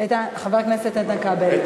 חבר הכנסת איתן כבל,